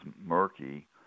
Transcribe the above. murky